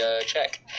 check